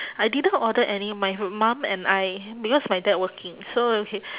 I didn't order any my h~ mum and I because my dad working so okay